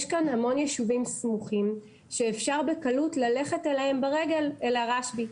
יש כאן המון יישובים סמוכים שאפשר בקלות ללכת מהם ברגל אל הרשב"י,